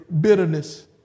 bitterness